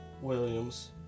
Williams